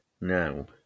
now